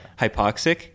hypoxic